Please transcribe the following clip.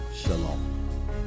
Shalom